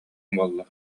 буолла